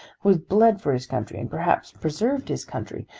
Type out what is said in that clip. who has bled for his country and perhaps preserved his country,